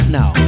now